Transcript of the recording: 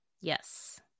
yes